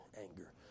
anger